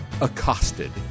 accosted